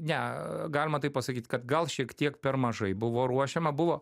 ne galima taip pasakyt kad gal šiek tiek per mažai buvo ruošiama buvo